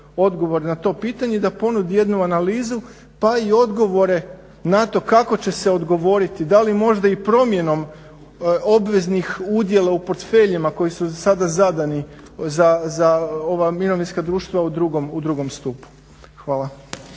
na to pitanje i da ponudi jednu analizu pa i odgovore na to kako će se odgovoriti, da li možda i promjenom obveznih udjela u portfeljima koji su sada zadani za ova mirovinska društva u 2. stupu. Hvala.